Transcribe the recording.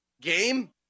Game